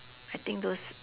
I think those